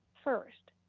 first,